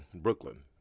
Brooklyn